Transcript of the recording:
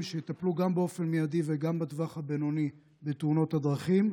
שיטפלו גם באופן מיידי וגם בטווח הבינוני בתאונות הדרכים.